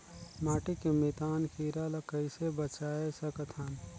माटी के मितान कीरा ल कइसे बचाय सकत हन?